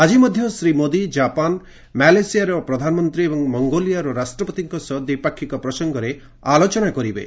ଆଜି ମଧ୍ୟ ଶ୍ରୀ ମୋଦି କ୍ୱାପାନ ମାଲେସିଆର ପ୍ରଧାନମନ୍ତ୍ରୀ ଏବଂ ମଙ୍ଗୋଲିଆ ରାଷ୍ଟ୍ରପତିଙ୍କ ସହ ଦ୍ୱିପାକ୍ଷିକ ପ୍ରସଙ୍ଗରେ ଆଲୋଚନା କରିବେ